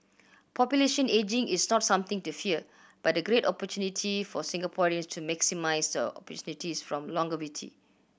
population ageing is not something to fear but a great opportunity for Singaporeans to maximise the opportunities from longevity